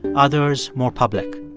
others more public.